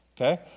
Okay